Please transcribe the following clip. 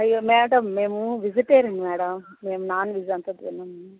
అయ్యో మేడమ్ మేము vegetarian madam మేము నాన్ వెజ్ అంత తినము